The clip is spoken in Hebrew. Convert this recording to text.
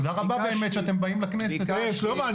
תודה רבה באמת שאתם באים לכנסת --- שלמה,